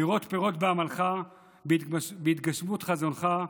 לראות פירות בעמלך בהתגשמות חזונך.